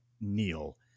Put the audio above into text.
Neil